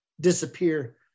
disappear